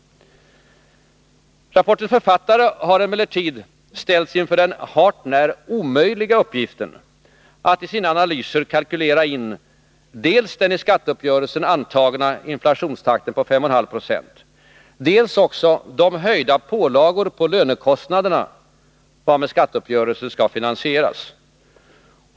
Rapportens författare har emellertid ställts inför den hart när omöjliga uppgiften att i sina analyser kalkylera in dels den i skatteuppgörelsen antagna inflationstakten på 5,5 96, dels de höjda pålagor på lönekostnaderna varmed skatteuppgörelsen skall finansieras.